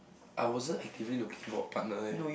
I wasn't actively looking for a partner leh